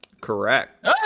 Correct